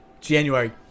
January